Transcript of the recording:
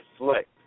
reflect